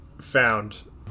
found